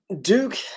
Duke